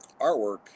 artwork